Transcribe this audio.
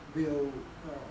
will err